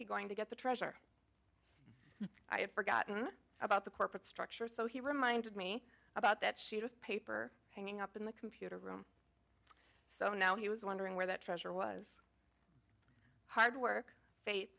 he going to get the treasure i had forgotten about the corporate structure so he reminded me about that sheet of paper hanging up in the computer room so now he was wondering where that treasure was hard work faith